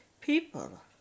people